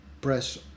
press